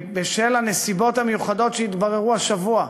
בשל הנסיבות המיוחדות שהתבררו השבוע,